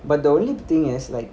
but the only thing is like